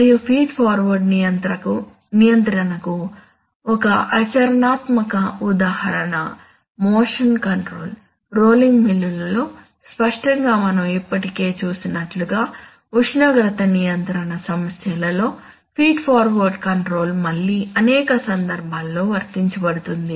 మరియు feed forward నియంత్రణకు ఒక ఆచరణాత్మక ఉదాహరణ మోషన్ కంట్రోల్ రోలింగ్ మిల్లులలో స్పష్టంగా మనం ఇప్పటికే చూసినట్లుగా ఉష్ణోగ్రత నియంత్రణ సమస్యలలో ఫీడ్ ఫార్వర్డ్ కంట్రోల్ మళ్లీ అనేక సందర్భాల్లో వర్తించబడుతుంది